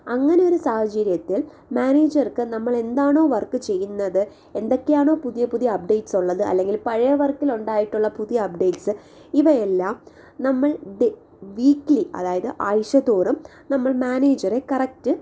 അങ്ങനെ ഒരു സാഹചര്യത്തിൽ മാനേജർക്ക് നമ്മൾ എന്താണോ വർക്ക് ചെയ്യുന്നത് എന്തൊക്കെയാണോ പുതിയ പുതിയ അപ്ഡേറ്റ്സുള്ളത് അല്ലങ്കിൽ പഴയ വർക്കിലുണ്ടായിട്ടുള്ള പുതിയ അപ്ഡേറ്റ്സ് ഇവയെല്ലാം നമ്മൾ വീക്കിലി അതായത് ആഴ്ച തോറും നമ്മൾ മാനേജറെ കറക്റ്റ്